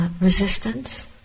resistance